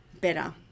better